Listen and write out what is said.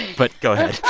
but go ahead